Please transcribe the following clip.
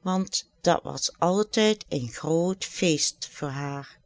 want dat was altijd een groot feest voor haar